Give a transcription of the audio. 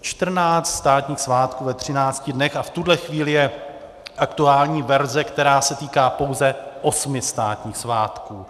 Čtrnáct státních svátků ve třinácti dnech a v tuhle chvíli je aktuální verze, která se týká pouze osmi státních svátků.